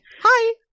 Hi